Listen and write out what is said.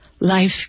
Life